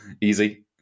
easy